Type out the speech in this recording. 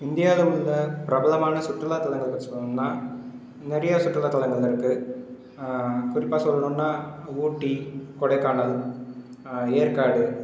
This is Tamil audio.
இந்தியாவில் உள்ள பிரபலமான சுற்றுலா தளங்கள் பற்றி சொல்லணும்னால் நிறைய சுற்றுலா தளங்கள் இருக்குது குறிப்பாக சொல்லணும்னால் ஊட்டி கொடைக்கானல் ஏற்காடு